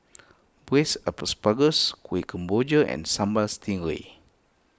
Braised Asparagus Kueh Kemboja and Sambal Stingray